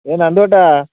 ഏ നന്ദു ഏട്ടാ